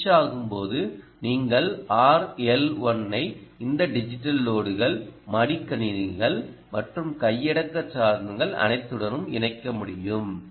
சுவிட்சாகும்போது நீங்கள் RL1 ஐ இந்த டிஜிட்டல் லோடுகள் மடிக்கணினிகள் மற்றும் கையடக்க சாதனங்கள் அனைத்துடனும் இணைக்க முடியும்